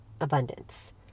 abundance